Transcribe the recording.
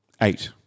eight